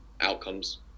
outcomes